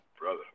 brother